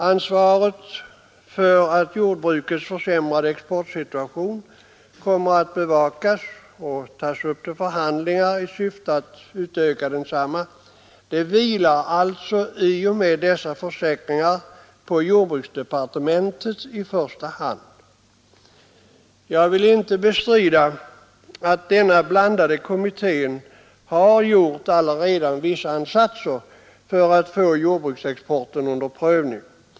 Ansvaret för att jordbrukets försämrade exportsituation kommer att bevakas och tas upp till förhandlingar i syfte att öka exporten vilar alltså i och med dessa försäkringar i första hand på jordbruksdepartementet. Jag vill inte bestrida att denna blandade kommitté redan har gjort vissa ansatser för att få jordbruksexporten under prövning.